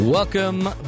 Welcome